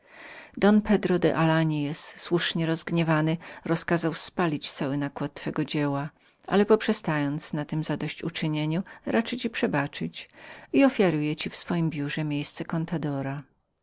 don pedro słusznie rozgniewany rozkazał spalić całe wydanie twego dzieła ale poprzestając na tem zadość uczynieniu raczy ci przebaczyć i ofiaruje ci w swojem biurze miejsce